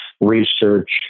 research